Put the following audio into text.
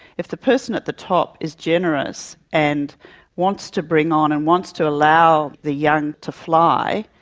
if the person at the top is generous and wants to bring on and wants to allow the young to fly,